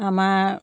আমাৰ